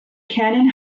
cannon